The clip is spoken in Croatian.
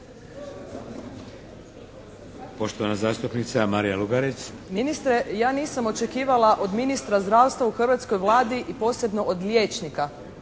Lugarić. **Lugarić, Marija (SDP)** Ministre, ja nisam očekivala od ministra zdravstva u hrvatskoj Vladi i posebno od liječnika